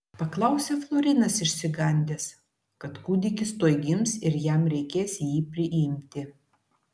paklausė florinas išsigandęs kad kūdikis tuoj gims ir jam reikės jį priimti